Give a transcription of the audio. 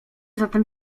zatem